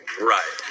right